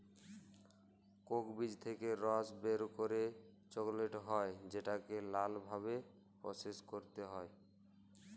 Coke বীজ থেক্যে রস বের করে চকলেট হ্যয় যেটাকে লালা ভাবে প্রসেস ক্যরতে হ্য়য়